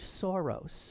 soros